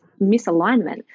misalignment